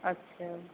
अच्छा